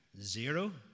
Zero